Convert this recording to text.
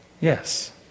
Yes